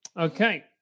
Okay